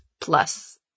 plus